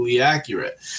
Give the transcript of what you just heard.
accurate